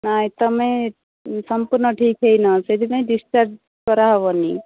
ନାଇଁ ତମେ ସମ୍ପୂର୍ଣ୍ଣ ଠିକ୍ ହୋଇନ ସେଇଥିପାଇଁ ଡ଼ିସଚାର୍ଜ କରାହେବନି